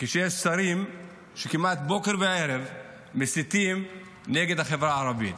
כשיש שרים שכמעט בוקר וערב מסיתים נגד החברה הערבית.